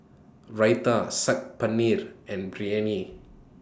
Raita Sag Paneer and Biryani